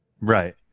right